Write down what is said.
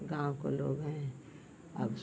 गाँव के लोग है और